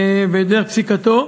בדרך פסיקתו.